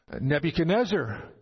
Nebuchadnezzar